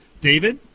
David